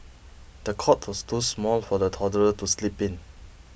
the cot was too small for the toddler to sleep in